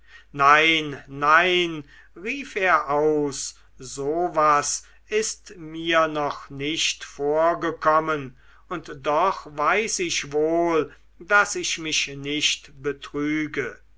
nein nein rief er aus so was ist mir noch nicht vorgekommen und doch weiß ich wohl daß ich mich nicht betrüge